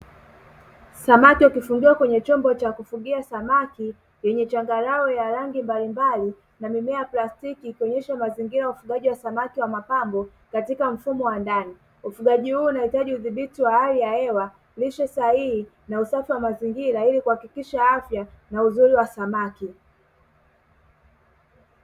Samaki wakifungiwa kwenye chombo cha kufugia samaki yenye changarawe ya rangi mbalimbali na mimea ya plastiki, kuonyesha mazingira ya ufugaji wa samaki wa mapambo katika mfumo wa ndani. Ufugaji huu unahitaji udhibiti wa hali ya hewa, lishe sahihi na usafi wa mazingira; ili kuhakikisha afya na uzuri wa samaki.